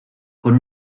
con